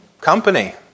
company